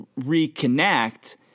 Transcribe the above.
reconnect